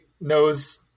knows